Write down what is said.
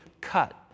cut